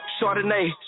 Chardonnay